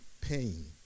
pain